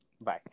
Bye